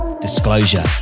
Disclosure